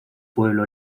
pueblo